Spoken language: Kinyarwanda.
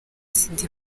sida